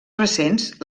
recents